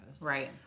Right